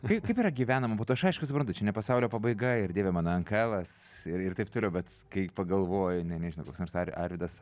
kaip kaip yra gyvenama po to aš aišku suprantu čia ne pasaulio pabaiga ir dieve mano nklas ir taip toliau bet kai pagalvoji na nežinau koks nors ar arvydas